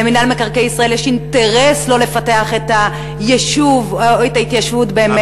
למינהל מקרקעי ישראל יש אינטרס לא לפתח את היישוב או את ההתיישבות באמת,